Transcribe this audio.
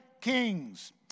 kings